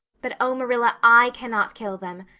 but oh, marilla, i cannot kill them.